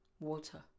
Water